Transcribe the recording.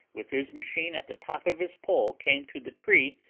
with his machine at the top of his pole, came to the tree,